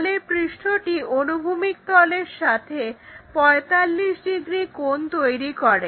তলের পৃষ্ঠটি অনুভূমিক তলের সাথে 45 ডিগ্রি কোণ তৈরি করে